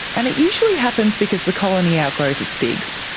and it usually happens because the colony outgrows its digs.